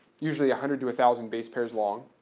usually a hundred to a thousand base pairs long.